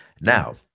Now